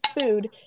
food